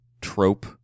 trope